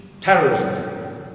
terrorism